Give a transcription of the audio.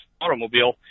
automobile